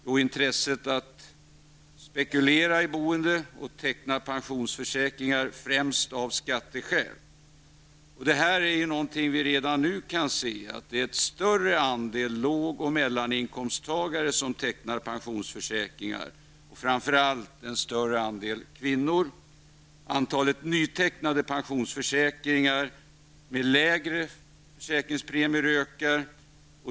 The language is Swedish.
Jo, intresset att spekulera i boende och att teckna pensionsförsäkringar främst av skatteskäl. Vi kan redan nu se att det är en större andel låg och mellaninkomsttagare som tecknar pensionsförsäkringar, och framför allt en större andel kvinnor. Antalet nytecknade pensionsförsäkringar med lägre försäkringspremier ökar.